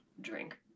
drink